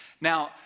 Now